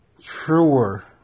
truer